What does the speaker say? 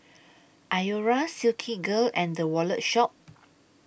Iora Silkygirl and The Wallet Shop